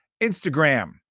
Instagram